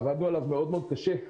עבדנו עליו מאוד קשה.